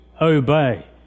obey